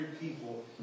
people